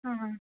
आ हा